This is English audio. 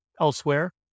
elsewhere